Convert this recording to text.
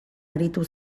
aritu